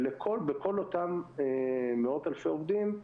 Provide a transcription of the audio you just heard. וכל אותם מאות אלפי עובדים,